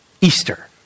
Easter